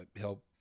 help